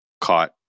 caught